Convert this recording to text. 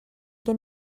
gen